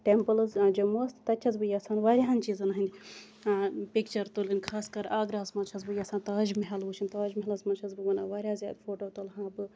temples Jammu وَس تَتہِ چھَس بہٕ یَژھان واریَہَن چیٖزَن ہٕنٛدۍ پِکچَر تُلٕنۍ خاص کر آگراہَس مَنٛز چھَس بہٕ یَژھان تاج محل وٕچھُن تاج محلَس مَنٛز چھَس بہٕ وَنان واریاہ زیاد فوٹو تُلہٕ ہا بہٕ